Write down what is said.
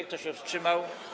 Kto się wstrzymał?